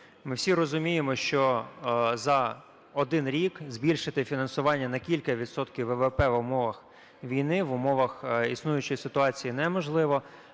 Ми всі розуміємо, що за 1 рік збільшити фінансування на кілька відсотків ВВП в умовах війни, в умовах існуючої ситуації неможливо.